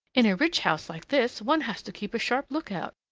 in a rich house like this, one has to keep a sharp lookout.